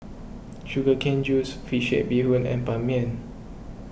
Sugar Cane Juice Fish Head Bee Hoon and Ban Mian